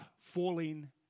falling